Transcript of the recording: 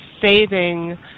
saving